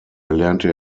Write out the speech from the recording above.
erlernte